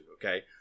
Okay